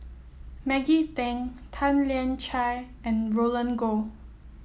Maggie Teng Tan Lian Chye and Roland Goh